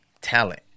talent